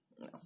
No